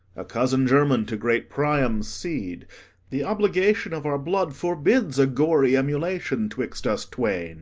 a cousin-german to great priam's seed the obligation of our blood forbids a gory emulation twixt us twain